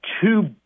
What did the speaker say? two